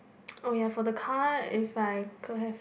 oh ya for the car if I could have